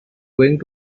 going